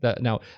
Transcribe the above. Now